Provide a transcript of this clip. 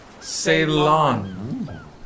Ceylon